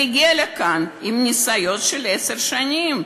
והגיע לכאן עם ניסיון של עשר שנים,